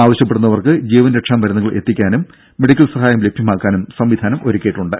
ആവശ്യപെടുന്നവർക്ക് ജീവൻ രക്ഷാ മരുന്നുകൾ എത്തിക്കുന്നതിനും മെഡിക്കൽ സഹായം ലഭ്യമാക്കുന്നതിനും സംവിധാനവും ഒരുക്കിയിട്ടുണ്ട്